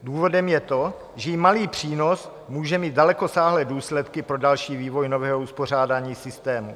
Důvodem je to, že i malý přínos může mít dalekosáhlé důsledky pro další vývoj nového uspořádání systému.